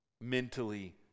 mentally